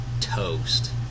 toast